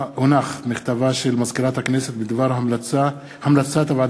מכתבה של מזכירת הכנסת בדבר המלצת הוועדה